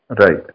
Right